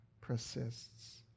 persists